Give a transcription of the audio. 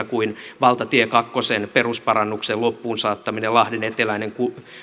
kuin valtatie kakkosen perusparannuksen loppuunsaattaminen lahden eteläinen